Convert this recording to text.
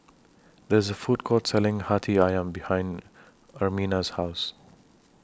There IS A Food Court Selling Hati Ayam behind Ermina's House